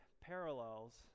parallels